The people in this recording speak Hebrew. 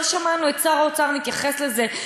לא שמענו את שר האוצר מתייחס לזה.